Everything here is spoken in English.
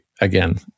Again